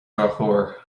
drochuair